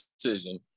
decision